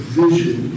vision